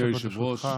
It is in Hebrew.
אדוני היושב-ראש,